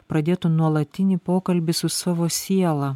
pradėtų nuolatinį pokalbį su savo siela